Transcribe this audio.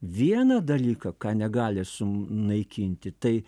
vieną dalyką ką negali sunaikinti tai